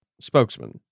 spokesman